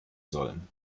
sollen